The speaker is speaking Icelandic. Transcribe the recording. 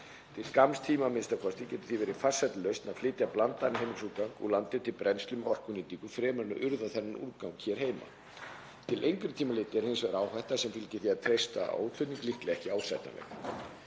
Til skamms tíma a.m.k. getur því verið farsælli lausn að flytja blandaðan heimilisúrgang úr landi til brennslu með orkunýtingu fremur en að urða þennan úrgang hér heima. Til lengri tíma litið er hins vegar áhættan sem fylgir því að treysta á útflutning líklega ekki ásættanleg.